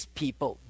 people